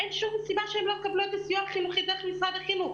אין שום סיבה שהם לא יקבלו את הסיוע החינוכי דרך משרד החינוך.